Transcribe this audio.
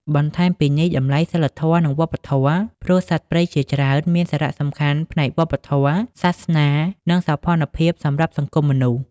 បន្ថែមពីនេះតម្លៃសីលធម៌ និងវប្បធម៌ ព្រោះសត្វព្រៃជាច្រើនមានសារៈសំខាន់ផ្នែកវប្បធម៌ សាសនា និងសោភ័ណភាពសម្រាប់សង្គមមនុស្ស។